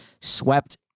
Swept